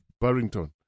Barrington